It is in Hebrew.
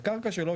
בקרקע שלו,